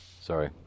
Sorry